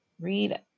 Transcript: read